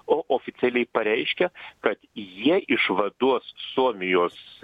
o oficialiai pareiškia kad jie išvaduos suomijos